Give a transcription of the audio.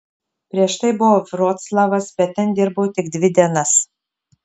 prieš tai buvo vroclavas bet ten dirbau tik dvi dienas